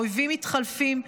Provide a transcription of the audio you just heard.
האויבים מתחלפים,